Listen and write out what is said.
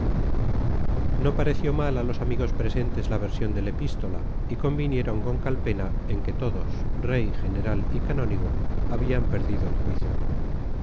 no pareció mal a los amigos presentes la versión del epístola y convinieron con calpena en que todos rey general y canónigo habían perdido el juicio